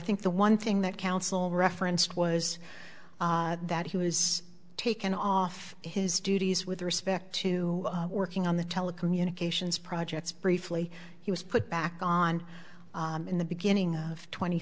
think the one thing that counsel referenced was that he was taken off his duties with respect to working on the telecommunications projects briefly he was put back on in the beginning of tw